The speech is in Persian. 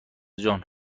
جان